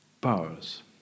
powers